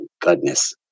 goodness